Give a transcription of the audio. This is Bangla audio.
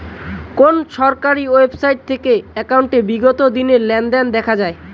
কোন সরকারি ওয়েবসাইট থেকে একাউন্টের বিগত দিনের লেনদেন দেখা যায়?